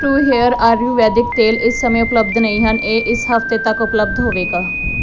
true hair Ayurvedic ਤੇਲ ਇਸ ਸਮੇਂ ਉਪਲੱਬਧ ਨਹੀਂ ਹਨ ਇਹ ਇਸ ਹਫ਼ਤੇ ਤੱਕ ਉਪਲੱਬਧ ਹੋਵੇਗਾ